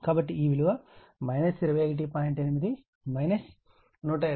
కాబట్టి ఈ విలువ 21